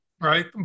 right